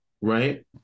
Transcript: right